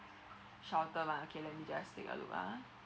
sheltered one okay let me just take a look ah